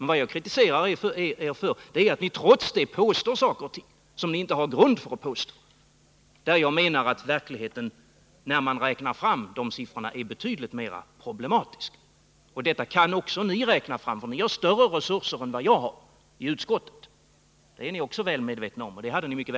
Vad jag kritiserar er för är att ni trots det påstår saker och ting som ni inte har grund för att påstå. Jag menar att verkligheten, vilket framgår när man räknar fram siffrorna, är betydligt mer problematisk. Detta kan också ni räkna fram, för ni har större resurser i utskottet än vad jag har — det är ni också väl medvetna om.